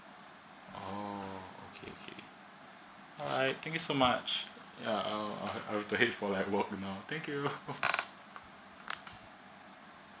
oo okay okay alright thank you so much (ya) i will head for like work now thank you